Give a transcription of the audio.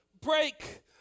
break